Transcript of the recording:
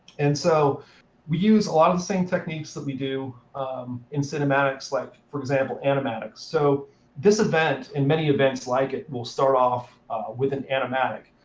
and so we use a lot of the same techniques that we do in cinematics, like, for example, animatics. so this event and many events like it will start off with an animatic.